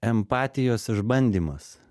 empatijos išbandymas